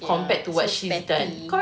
ya so petty